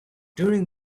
during